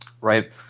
right